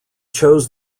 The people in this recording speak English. chose